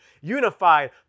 unified